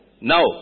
Now